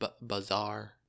Bazaar